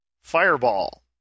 Fireball